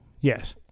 Yes